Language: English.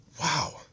Wow